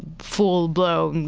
full blown